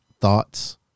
thoughts